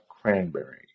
cranberry